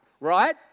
right